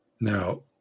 Now